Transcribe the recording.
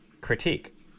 critique